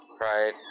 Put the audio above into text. right